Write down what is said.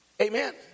Amen